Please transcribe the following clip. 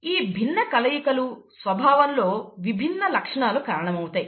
ఈ భిన్న కలయికలు స్వభావంలో విభిన్న లక్షణాలకు కారణమవుతాయి